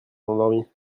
endormi